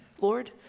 Lord